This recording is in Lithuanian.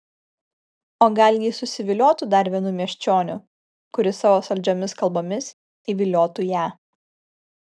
o gal ji susiviliotų dar vienu miesčioniu kuris savo saldžiomis kalbomis įviliotų ją